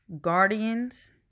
Guardians